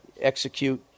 execute